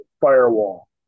firewall